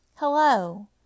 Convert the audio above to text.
Hello